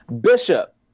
bishop